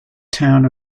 town